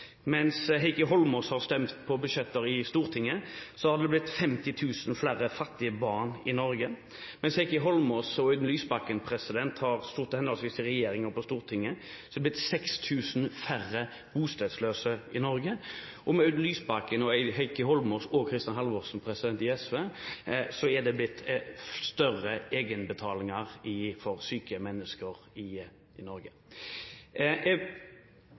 Mens Heikki Holmås har stemt på budsjetter i Stortinget, har det blitt 50 000 flere fattige barn i Norge. Mens Heikki Holmås og Audun Lysbakken har sittet henholdsvis på Stortinget og i regjering, er det blitt 6 000 flere bostedsløse i Norge, og med Audun Lysbakken, Heikki Holmås og Kristin Halvorsen i SV er det blitt større egenbetaling for syke mennesker i Norge. Er Heikki Holmås stolt av det SV har fått til på fattigdomsfeltet? Jeg